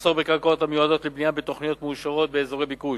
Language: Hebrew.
מחסור בקרקעות המיועדות לבנייה בתוכניות מאושרות באזורי ביקוש.